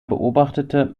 beobachtete